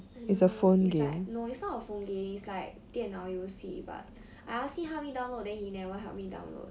I don't know it's like no it's not a phone game it's like 电脑游戏 but I ask him help me download then he never help me download